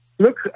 Look